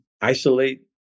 isolate